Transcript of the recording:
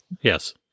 Yes